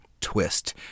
twist